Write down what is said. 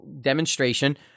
demonstration